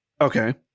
Okay